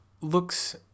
looks